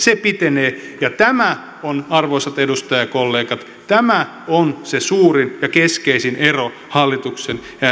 pitenee tämä arvoisat edustajakollegat on se suurin ja keskeisin ero hallituksen ja